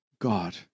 God